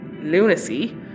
lunacy